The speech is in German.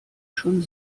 schon